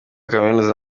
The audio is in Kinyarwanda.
kaminuza